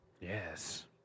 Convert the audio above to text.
Yes